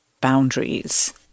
boundaries